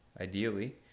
ideally